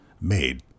made